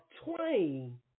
twain